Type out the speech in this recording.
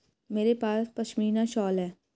मेरे पास पशमीना शॉल है